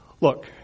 look